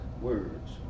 words